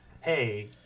hey